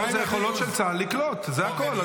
זה היכולות של צה"ל לקלוט, זה הכול.